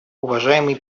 уважаемый